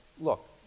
look